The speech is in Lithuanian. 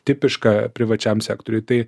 tipiška privačiam sektoriui tai